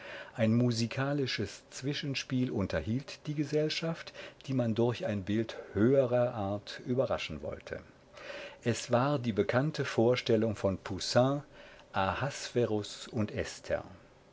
ein musikalisches zwischenspiel unterhielt die gesellschaft die man durch ein bild höherer art überraschen wollte es war die bekannte vorstellung von poussin ahasverus und esther